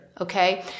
Okay